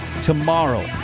tomorrow